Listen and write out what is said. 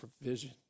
provision